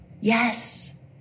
yes